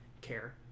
care